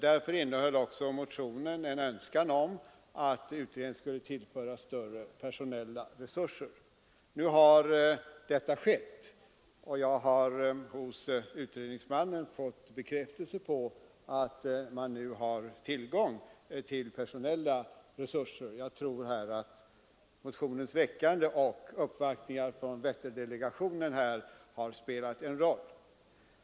Därför innehöll motionen en önskan om att utredningen skulle tillföras större personella resurser. Nu har detta skett, och jag har hos utredningsmannen fått bekräftelse på att man har personella resurser. Jag tror att motionens väckande och uppvaktningar från Vätterndelegationen har spelat en roll.